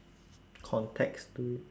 context to it